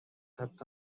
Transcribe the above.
حتی